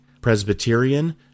Presbyterian